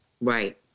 Right